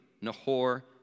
Nahor